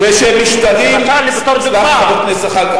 מאות-אלפי הרוגים.